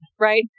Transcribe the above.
right